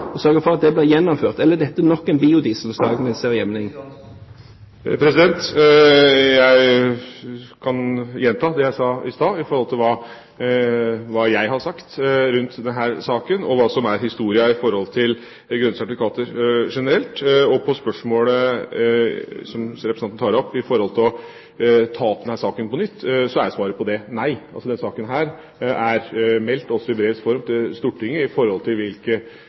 sørge for at det blir gjennomført, eller er dette nok en biodieselsak? Jeg kan gjenta det jeg sa om hva jeg har sagt rundt denne saken, og hva som er historien i forhold til grønne sertifikater generelt. På spørsmålet som representanten tar opp, om å ta opp denne saken på nytt, er svaret nei, og denne saken er meldt også i brevs form til Stortinget når det gjelder hvilke